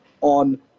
on